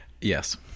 Yes